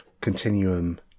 Continuum